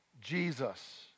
Jesus